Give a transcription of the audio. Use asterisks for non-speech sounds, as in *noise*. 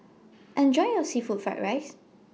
*noise* Enjoy your Seafood Fried Rice